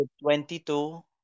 twenty-two